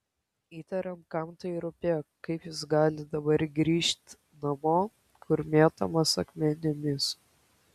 įtariam kam tai rūpėjo kaip jis gali dabar grįžt namo kur mėtomas akmenimis